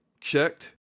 checked